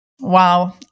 Wow